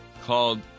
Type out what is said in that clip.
called